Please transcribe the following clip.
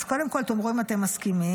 אז קודם כול, תאמרו אם אתם מסכימים.